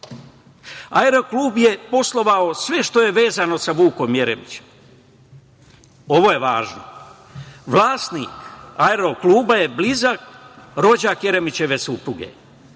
Beograd“ je poslovao sve što je vezano sa Vukom Jeremićem. Ovo je važno, vlasnik „Aerokluba Beograd“ je blizak rođak Jeremićeve supruge.